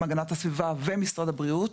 עם המשרד להגנת הסביבה ומשרד הבריאות,